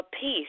peace